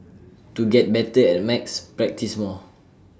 to get better at maths practise more